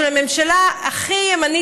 של הממשלה הכי ימנית,